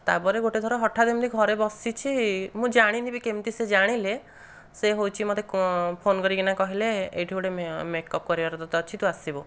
ତାପରେ ଗୋଟିଏ ଥର ହଠାତ ଏମିତି ଘରେ ବସିଛି ମୁଁ ଜାଣିନି ବି କେମିତି ସିଏ ଜାଣିଲେ ସେ ହେଉଛି ମୋତେ କ୍ ଫୋନ୍ କରିକି ନା କହିଲେ ଏଇଠି ଗୋଟିଏ ମେକପ୍ କରିବାର ତୋତେ ଅଛି ତୁ ଆସିବୁ